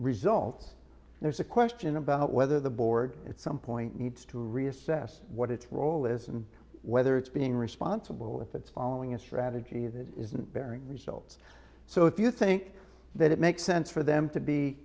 results there's a question about whether the board at some point needs to reassess what its role is and whether it's being responsible if it's following a strategy that isn't bearing results so if you think that it makes sense for them to be